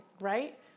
right